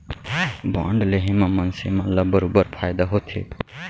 bond लेहे म मनसे मन ल बरोबर फायदा होथे